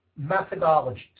methodologies